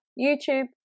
YouTube